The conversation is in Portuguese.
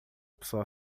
pessoa